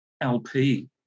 LP